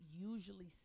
usually